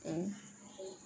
okay